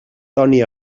toni